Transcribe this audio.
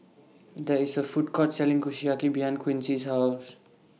There IS A Food Court Selling Kushiyaki behind Quincy's House